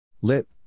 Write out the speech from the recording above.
Lip